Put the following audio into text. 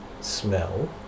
smell